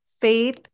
faith